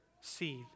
seed